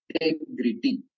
integrity